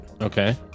Okay